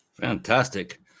Fantastic